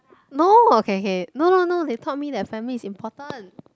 no K K no no they taught me that family is important